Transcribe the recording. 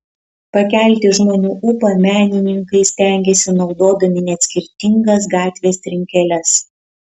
pakelti žmonių ūpą menininkai stengiasi naudodami net skirtingas gatvės trinkeles